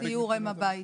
זה דבר קיים.